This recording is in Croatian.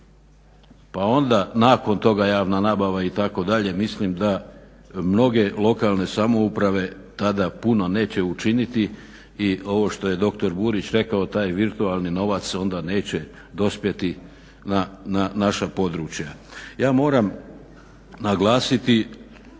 pa onda nakon toga javna nabava itd. mislim da mnoge lokalne samouprave tada puno neće učiniti i ovo što je doktor Burić rekao, taj virtualni novac onda neće dospjeti na naša područja. Ja moram naglasiti